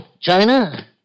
China